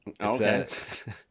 Okay